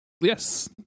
Yes